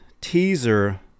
teaser